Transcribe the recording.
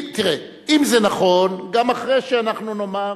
תראה, אם זה נכון, גם אחרי שאנחנו נאמר,